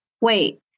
wait